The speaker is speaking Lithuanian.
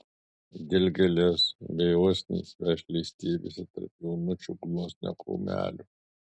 dilgėlės bei usnys vešliai stiebėsi tarp jaunučių gluosnio krūmelių